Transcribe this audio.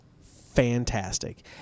fantastic